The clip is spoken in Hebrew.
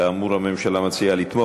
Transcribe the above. כאמור, הממשלה מציעה לתמוך.